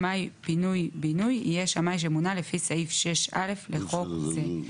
שמאי פינוי ובינוי יהיה שמאי שמונה לפי סעיף 6א לחוק זה.